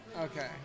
Okay